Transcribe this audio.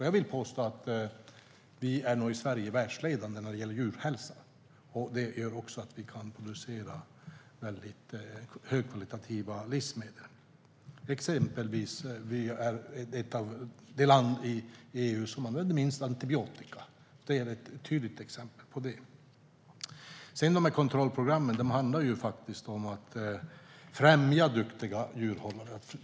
Jag vill påstå att vi i Sverige är världsledande när det gäller djurhälsa. Det gör att vi kan producera livsmedel av väldigt hög kvalitet. Exempelvis är vi det land i EU som använder minst antibiotika. Det är ett tydligt exempel. Kontrollprogrammen handlar faktiskt om att främja duktiga djurhållare.